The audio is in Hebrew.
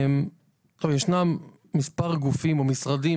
ישנם מספר גופים או משרדים,